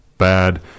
bad